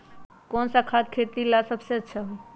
कौन सा खाद खेती ला सबसे अच्छा होई?